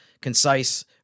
concise